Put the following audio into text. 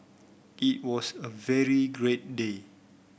it was a very great day